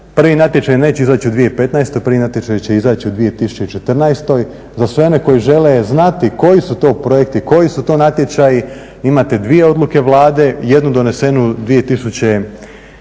Prvi natječaj neće izaći u 2015., prvi natječaj će izaći u 2014. Za sve one koji žele znati koji su to projekti, koji su to natječaji imate dvije odluke Vlade, jednu donesenu 2013.